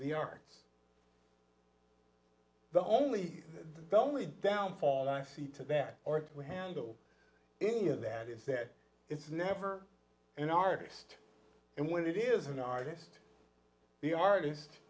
the arts the only the only downfall i see to that or it would handle any of that is that it's never an artist and when it is an artiste the artist